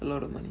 a lot of money